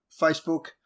Facebook